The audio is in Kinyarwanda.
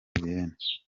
julienne